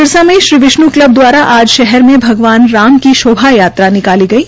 सिरसा में श्री विष्ण् क्लब दवारा आज शहर मे भगवान राम जी शोभा यात्रा निकाली गई